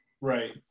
Right